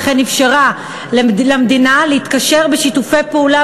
וכן אפשר למדינה להתקשר בשיתופי פעולה